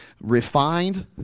refined